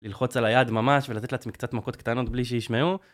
ללחוץ על היד ממש ולתת לעצמי קצת מכות קטנות בלי שישמעו